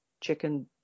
chicken